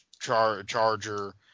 Charger